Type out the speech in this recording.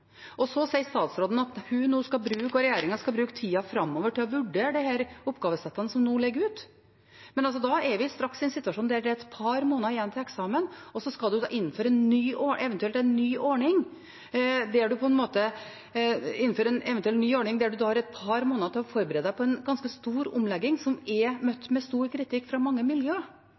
Så sier statsråden at hun og regjeringen nå skal bruke tida framover til å vurdere de oppgavesettene som nå ligger ute. Men da er vi straks i en situasjon der det er et par måneder igjen til eksamen, og så skal en da eventuelt innføre en ny ordning der en har et par måneder på å forberede seg på en ganske stor omlegging som er møtt med stor kritikk fra mange miljøer.